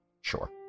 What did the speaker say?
sure